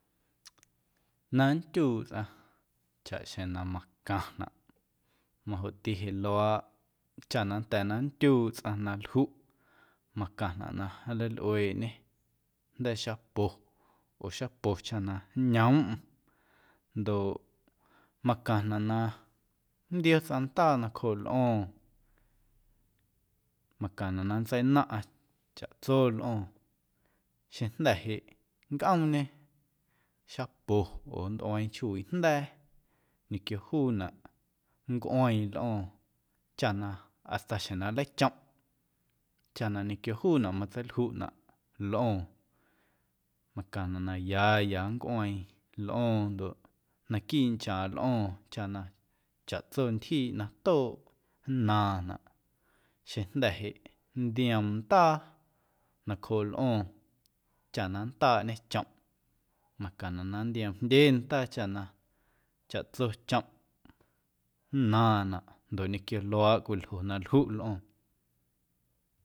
Na nndyuuꞌ tsꞌaⁿ chaꞌxjeⁿ na macaⁿnaꞌ majoꞌti jeꞌ luaaꞌ chaꞌ na nnda̱a̱ na nndyuuꞌ tsꞌaⁿ na ljuꞌ macaⁿnaꞌ na nleilꞌueeꞌñê jnda̱a̱ xapo oo xapo chaꞌ na nñoomꞌm ndoꞌ macaⁿnaꞌ na nntio tsꞌaⁿ ndaa nacjooꞌ lꞌo̱o̱ⁿ, macaⁿnaꞌ na nntseinaaⁿꞌaⁿ chaꞌtso lꞌo̱o̱ⁿ xeⁿjnda̱ jeꞌ nncꞌoomñe xapo oo nntꞌueeⁿ chjoowiꞌ jnda̱a̱ ñequio juunaꞌ nncꞌueeⁿ lꞌo̱o̱ⁿ chaꞌ na hasta xjeⁿ na nleichomꞌ chaꞌ na ñequio juunaꞌ matseiljuꞌnaꞌ lꞌo̱o̱ⁿ macaⁿnaꞌ na ya ya nncꞌueeⁿ lꞌo̱o̱ⁿ ndoꞌ naquiiꞌ nchaaⁿꞌ lꞌo̱o̱ⁿ chaꞌ na chaꞌtso ntyjiiꞌ na tooꞌ nnaaⁿnaꞌ xeⁿjnda̱ jeꞌ nntioom ndaa nacjoo lꞌo̱o̱ⁿ chaꞌ na nntaaꞌñe chomꞌ macaⁿnaꞌ na nntioom ndye ndaa chaꞌ na chaꞌtso chomꞌ nnaaⁿnaꞌ ñequio luaaꞌ cwiljo na ljuꞌ lꞌo̱o̱ⁿ.